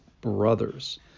brothers